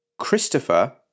Christopher